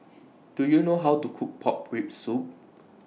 Do YOU know How to Cook Pork Rib Soup